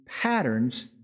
patterns